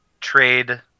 trade